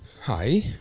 Hi